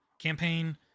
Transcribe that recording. campaign